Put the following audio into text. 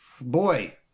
boy